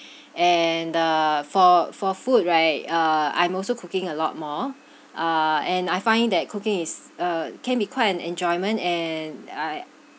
and uh for for food right uh I'm also cooking a lot more uh and I find that cooking is uh can be quite an enjoyment and I